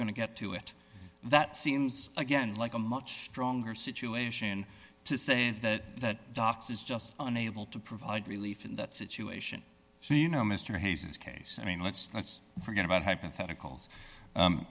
going to get to it that seems again like a much stronger situation to say that docs is just unable to provide relief in that situation so you know mr hayes's case i mean let's let's forget about hypothetical